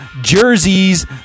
Jersey's